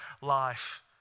life